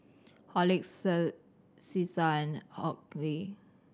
Horlicks Cesar and Oakley